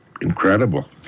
incredible